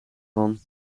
van